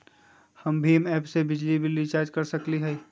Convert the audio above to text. हम भीम ऐप से बिजली बिल रिचार्ज कर सकली हई?